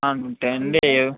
అంతే అండి